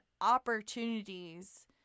opportunities